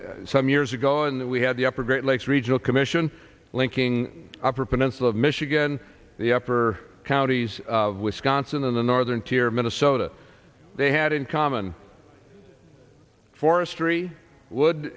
in some years ago in that we had the upper great lakes regional commission linking upper peninsula of michigan the upper counties of wisconsin in the northern tier of minnesota they had in common forestry wo